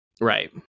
right